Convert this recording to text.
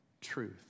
truth